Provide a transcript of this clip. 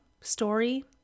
story